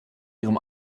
ihrem